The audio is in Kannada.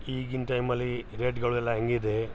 ಈಗಿನ ಟೈಮಲ್ಲಿ ರೇಟ್ಗಳೆಲ್ಲ ಹೆಂಗಿದೆ